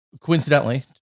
coincidentally